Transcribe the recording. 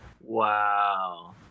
Wow